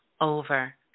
over